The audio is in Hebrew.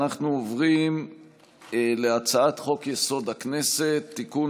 אנחנו עוברים להצעת חוק-יסוד: הכנסת (תיקון,